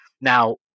now